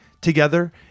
together